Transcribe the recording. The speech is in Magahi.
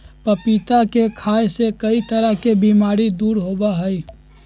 पपीता के खाय से कई तरह के बीमारी दूर होबा हई